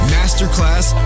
Masterclass